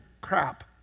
crap